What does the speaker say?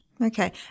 okay